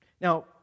Now